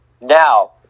Now